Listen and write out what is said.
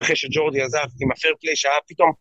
אחרי שג'ורדי עזב עם הפרפליי שהיה פתאום.